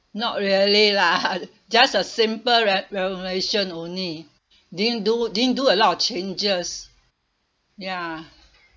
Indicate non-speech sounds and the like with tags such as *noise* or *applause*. not really lah *laughs* just a simple re~ renovation only didn't do didn't do a lot of changes ya